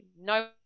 no